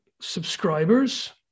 subscribers